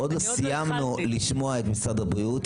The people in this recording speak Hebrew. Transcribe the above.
עוד לא סיימנו לשמוע את משרד הבריאות,